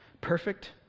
perfect